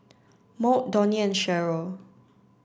Maud Donnie and Cheryl